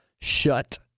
Shut